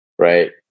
Right